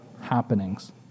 happenings